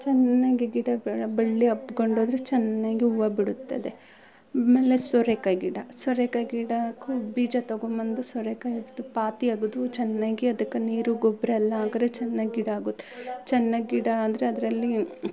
ಚೆನ್ನಾಗಿ ಗಿಡ ಬಳ್ಳಿ ಹಬ್ಕೊಂಡೋದ್ರೆ ಚೆನ್ನಾಗಿ ಹೂವು ಬಿಡುತ್ತದೆ ಆಮೇಲೆ ಸೋರೆಕಾಯಿ ಗಿಡ ಸೋರೆಕಾಯಿ ಗಿಡಗೂ ಬೀಜ ತೊಗೊಂಬಂದು ಸೋರೆಕಾಯಿ ತು ಪಾತಿ ಆಗೋದು ಚೆನ್ನಾಗಿ ಅದಕ್ಕೆ ನೀರು ಗೊಬ್ಬರ ಎಲ್ಲ ಹಾಕ್ರೆ ಚೆನ್ನಾಗ್ ಗಿಡ ಆಗುತ್ತೆ ಚೆನ್ನಾಗ್ ಗಿಡ ಆದರೆ ಅದರಲ್ಲಿ